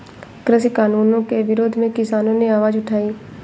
कृषि कानूनों के विरोध में किसानों ने आवाज उठाई